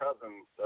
cousins